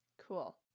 Cool